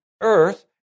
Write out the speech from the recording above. earth